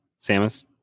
samus